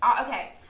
Okay